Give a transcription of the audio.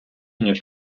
ніж